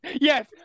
Yes